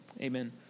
Amen